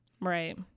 Right